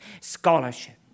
scholarship